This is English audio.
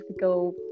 go